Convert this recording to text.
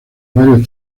varios